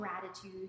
gratitude